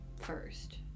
first